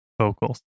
vocals